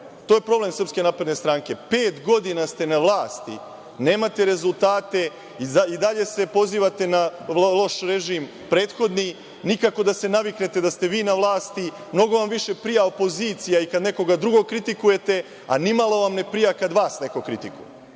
To je problem SNS. Pet godina ste na vlasti. Nemate rezultate i dalje se pozivate na vrlo loš režim prethodni, nikako da se naviknete da ste vi na vlasti, mnogo vam više prija opozicija i kada nekoga drugog kritikujete, a nimalo ne vam ne prija kada vas neko kritikuje. To